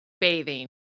bathing